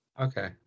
Okay